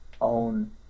own